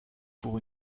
pour